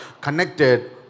connected